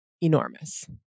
enormous